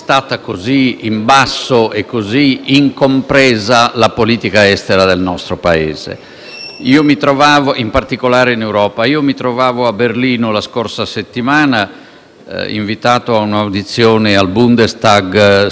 nostro Paese, in particolare in Europa. Mi trovavo a Berlino la scorsa settimana, invitato a un'audizione al Bundestag su un documento che avevo preparato per incarico delle tre istituzioni europee